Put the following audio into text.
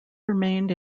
remained